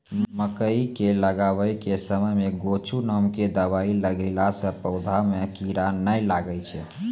मकई के लगाबै के समय मे गोचु नाम के दवाई मिलैला से पौधा मे कीड़ा नैय लागै छै?